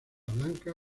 blanca